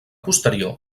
posterior